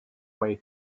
way